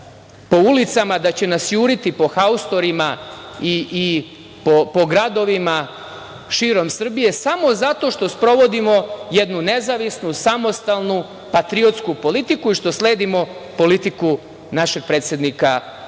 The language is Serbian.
da će nas juriti po haustorima i po gradovima širom Srbije, samo zato što sprovodimo jednu nezavisnu, samostalnu, patriotsku politiku i što sledimo politiku našeg predsednika